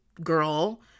girl